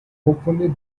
hopefully